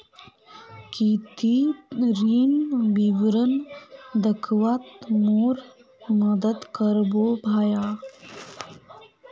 की ती ऋण विवरण दखवात मोर मदद करबो भाया